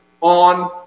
on